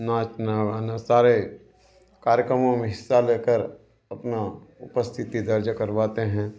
नाचना गाना सारे कार्यक्रमों में हिस्सा लेकर अपना उपस्थिति दर्ज करवाते हैं